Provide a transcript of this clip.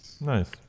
Nice